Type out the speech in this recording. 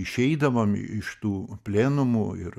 išeidavom iš tų plėnumų ir